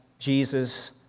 Jesus